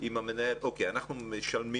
אנחנו משלמים.